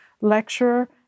lecturer